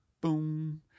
Boom